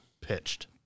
Pitched